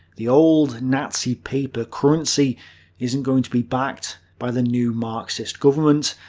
the old nazi paper currency isn't going to be backed by the new marxist government,